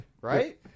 right